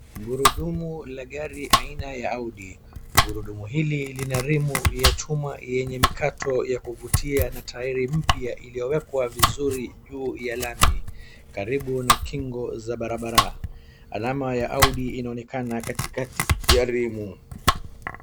Gurudumu la gari aina ya Audi. Gurudumu hili lina rimu ya chuma yenye mikato ya kuvutia na tairi mpya iliyowekwa vizuri juu ya lami, karibu na kingo za barabara. Alama ya Audi inaonekana katikati ya rimu.